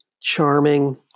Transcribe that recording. charming